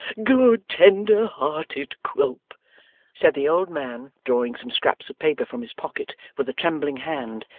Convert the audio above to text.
good tender-hearted quilp said the old man, drawing some scraps of paper from his pocket with a trembling hand,